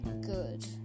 good